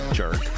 Jerk